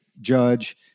Judge